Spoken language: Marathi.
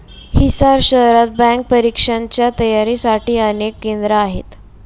हिसार शहरात बँक परीक्षांच्या तयारीसाठी अनेक केंद्रे आहेत